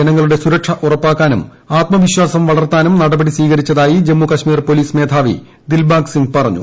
ജനങ്ങളുടെ സുരക്ഷ ഉറപ്പാക്കാനും ആത്മവിശ്വാസം വളർത്താനും നടപടി സ്വീകരിച്ചതായി ജമ്മു കശ്മീർ പോലീസ് മേധാവി ദിൽബാഗ് സിങ് പറഞ്ഞു